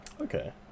Okay